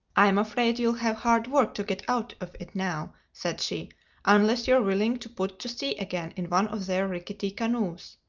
i'm afraid you'll have hard work to get out of it now, said she unless you're willing to put to sea again in one of their rickety canoes.